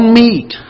meat